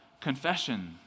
confession